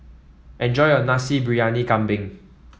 enjoy your Nasi Briyani Kambing